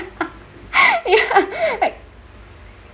ya